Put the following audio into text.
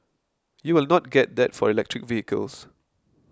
you will not get that for electric vehicles